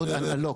לא,